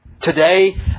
Today